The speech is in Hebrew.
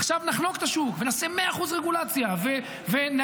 עכשיו נחנוק את השוק ונעשה 100% רגולציה ונגיד